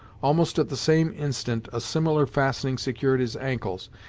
almost at the same instant a similar fastening secured his ankles,